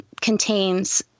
contains